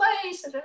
place